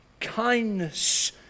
kindness